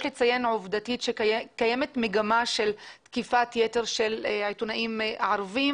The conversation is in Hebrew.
יש לציין עובדתית שקיימת מגמה של תקיפת יתר של עיתונאים ערבים,